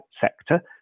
sector